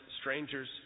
strangers